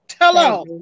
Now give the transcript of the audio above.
Hello